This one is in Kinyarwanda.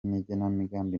n’igenamigambi